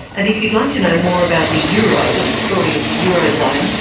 and if you'd like to know more about the euro and the story of the eurozone,